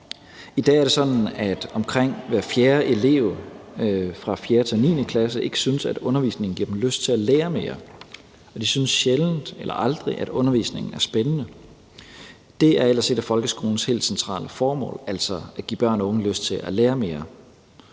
I dag er det sådan, at omkring hver fjerde elev fra 4. klasse til 9. klasse ikke synes, at undervisningen giver dem lyst til at lære mere, og de synes sjældent eller aldrig, at undervisningen er spændende. Det er ellers et af folkeskolens helt centrale formål, altså at give børn og unge lyst til at lære mere.